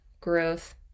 growth